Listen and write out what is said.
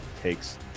takes